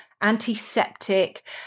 antiseptic